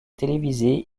télévisées